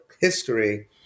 history